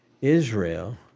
Israel